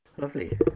Lovely